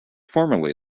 formerly